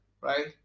Right